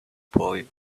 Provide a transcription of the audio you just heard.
boy